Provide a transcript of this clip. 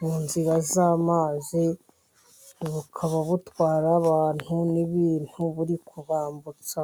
mu nzira z' amazi bukaba butwara abantu n' ibintu buri kubambutsa.